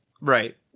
Right